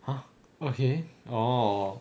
!huh! okay orh